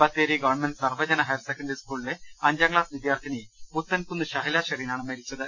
Bathery government Sarvajana higher secondary സ്കൂളിലെ അഞ്ചാം class വിദ്യാർത്ഥി പുത്തൻകുന്ന് ഷഹ്ല ഷെറിനാണ് മരിച്ചത്